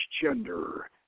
gender